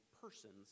persons